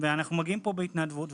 אנחנו מגיעים פה בהתנדבות,